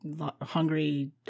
hungry